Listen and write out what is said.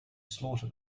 slaughter